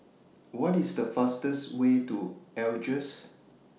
What IS The fastest Way to Algiers